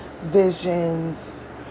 visions